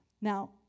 Now